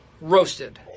Roasted